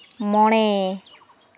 ᱢᱚᱬᱮ